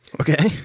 okay